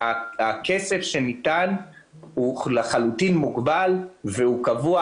שהכסף שניתן הוא מוגבל וקבוע.